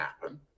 happen